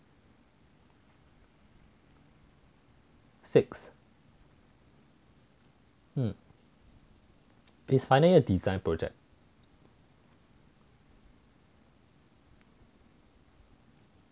six mm have to study a design project